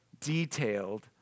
detailed